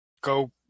go